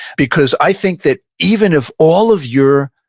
because i think that even if all of your